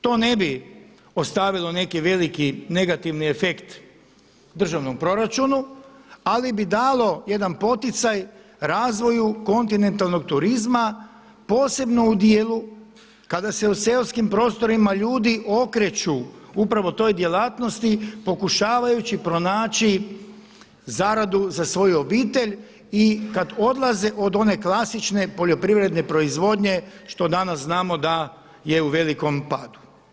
To ne bi ostavilo neki veliki negativni efekt u državnom proračunu ali bi dalo jedan poticaj razvoju kontinentalnog turizma posebno u dijelu kada se u seoskim prostorima ljudi okreću upravo toj djelatnosti, pokušavajući pronaći zaradu za svoju obitelj i kada odlaze od one klasične poljoprivredne proizvodnje, što danas znamo da je u velikom padu.